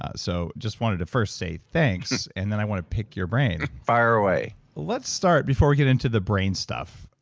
ah so just wanted to first say thanks, and then i want to pick your brain fire away let's start, before we get into the brain stuff,